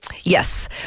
Yes